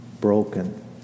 broken